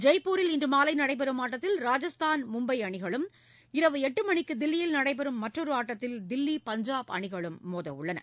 ஜெய்ப்பூரில் இன்று மாலை நடைபெறும் ஆட்டத்தில் ராஜஸ்தான் மும்பை அணிகளும் இரவு எட்டு மணிக்கு தில்லியில் நடைபெறும் மற்றொரு ஆட்டத்தில் தில்லி பஞ்சாப் அணிகளும் மோத உள்ளன